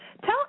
Tell